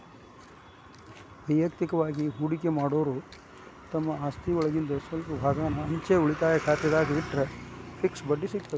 ವಯಕ್ತಿಕವಾಗಿ ಹೂಡಕಿ ಮಾಡೋರು ತಮ್ಮ ಆಸ್ತಿಒಳಗಿಂದ್ ಸ್ವಲ್ಪ ಭಾಗಾನ ಅಂಚೆ ಉಳಿತಾಯ ಖಾತೆದಾಗ ಇಟ್ಟರ ಫಿಕ್ಸ್ ಬಡ್ಡಿ ಸಿಗತದ